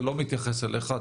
זה לא מתייחס אליך,